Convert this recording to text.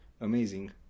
amazing